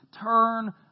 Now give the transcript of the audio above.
turn